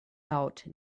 out